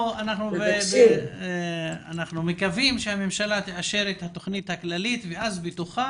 אנחנו מקווים הממשלה תאשר את התוכנית הכללית ואז בתוכה